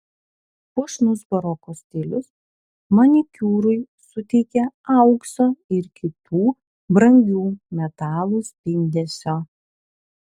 puošnus baroko stilius manikiūrui suteikė aukso ir kitų brangių metalų spindesio